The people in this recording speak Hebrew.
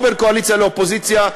לא בין קואליציה לאופוזיציה,